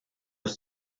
ist